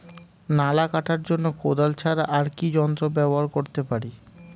নালা কাটার জন্য কোদাল ছাড়া আর কি যন্ত্র ব্যবহার করতে পারি?